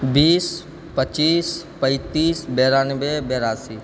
बीस पच्चीस पैंतीस बेरानबे बेरासी